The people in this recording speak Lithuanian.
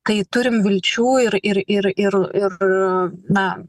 tai turim vilčių ir ir ir ir ir na